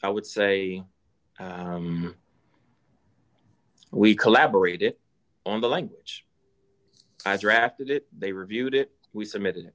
i would say we collaborated on the language i drafted it they reviewed it we submitted